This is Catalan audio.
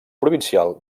provincial